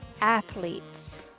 athletes